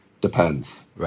depends